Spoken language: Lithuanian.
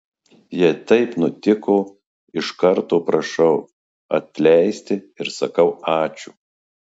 jei taip nutiko iš karto prašau man atleisti ir sakau ačiū